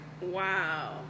Wow